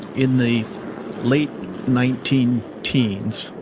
in the late nineteen teens,